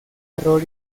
error